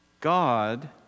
God